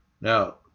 Now